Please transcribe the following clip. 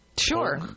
Sure